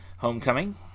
Homecoming